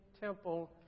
temple